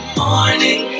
morning